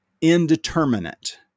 indeterminate